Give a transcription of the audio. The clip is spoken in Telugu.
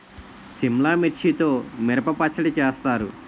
సిమ్లా మిర్చితో మిరప పచ్చడి చేస్తారు